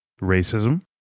racism